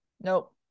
Nope